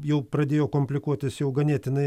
jau pradėjo komplikuotis jau ganėtinai